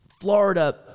Florida